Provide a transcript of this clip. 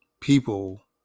People